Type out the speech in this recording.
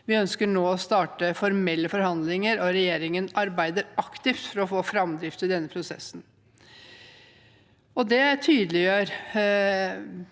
Vi ønsker nå å starte formelle forhandlinger, og regjeringen arbeider aktivt for å få framdrift i denne prosessen. Det tydeliggjør